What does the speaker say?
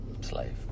slave